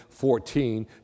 14